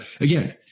again